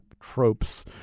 tropes